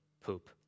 poop